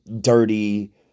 dirty